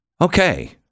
Okay